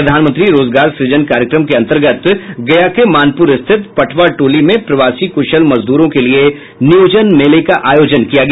प्रधानमंत्री रोजगार सुजन कार्यक्रम के अंतर्गत गया के मानपुर स्थित पटवा टोली में प्रवासी कुशल मजदूरों के लिये नियोजन मेला का आयोजन किया गया